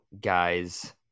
guys